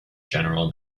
general